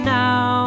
now